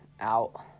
out